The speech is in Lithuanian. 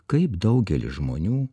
kaip daugelis žmonių